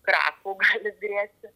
krachu gali grėsti